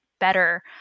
better